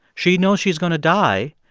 she knows she is going to die,